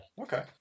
Okay